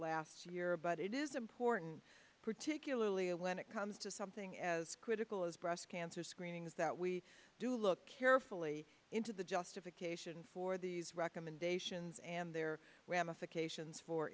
last year but it is important particularly when it comes to something as critical as breast cancer screenings that we do look carefully into the justification for these recommendations and they're ramifications for